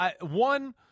One